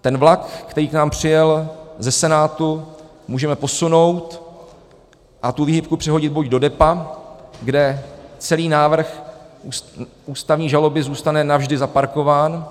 Ten vlak, který k nám přijel ze Senátu, můžeme posunout a výhybku přehodit buď do depa, kde celý návrh ústavní žaloby zůstane navždy zaparkován,